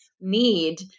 need